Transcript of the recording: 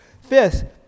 Fifth